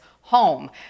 home